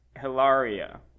hilaria